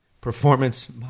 Performance